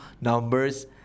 numbers